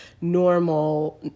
normal